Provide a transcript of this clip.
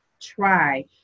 Try